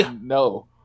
no